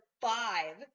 five